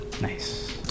nice